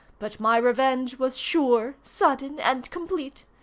but my revenge was sure, sudden, and complete.